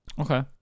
Okay